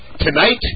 tonight